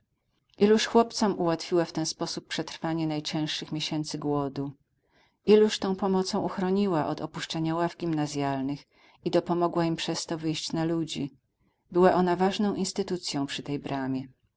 śliwek iluż chłopcom ułatwiła w ten sposób przetrwanie najcięższych miesięcy głodu iluż tą pomocą uchroniła od opuszczenia ław gimnazjalnych i dopomogła im przez to wyjść na ludzi była ona ważną instytucją przy tej bramie